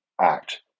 act